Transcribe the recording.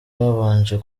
babanje